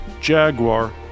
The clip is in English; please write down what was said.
Jaguar